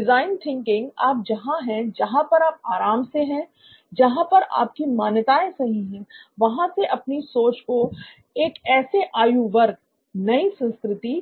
design thinking आप जहां हैं जहां पर आप आराम से हैं जहां पर आप की मान्यताएं सही है वहां से आपकी सोच को एक ऐसे आयु वर्ग नई संस्कृति